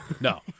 No